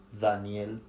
Daniel